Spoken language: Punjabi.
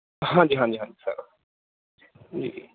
ਹਾਂਜੀ ਹਾਂਜੀ ਹਾਂਜੀ ਸਰ ਜੀ